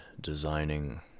designing